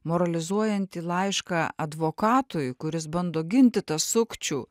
moralizuojantį laišką advokatui kuris bando ginti tą sukčių